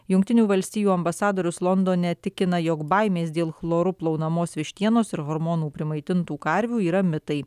jungtinių valstijų ambasadorius londone tikina jog baimės dėl chloru plaunamos vištienos ir hormonų primaitintų karvių yra mitai